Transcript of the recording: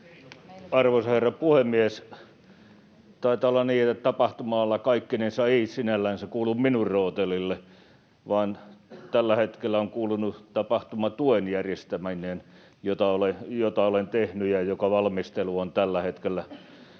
Arvoisa herra puhemies! Taitaa olla niin, että tapahtuma-ala kaikkinensa ei sinällänsä kuulu minun rootelilleni, vaan tällä hetkellä on kuulunut tapahtumatuen järjestäminen, jota olen tehnyt ja jonka valmistelu on tällä hetkellä jo